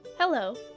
Hello